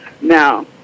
Now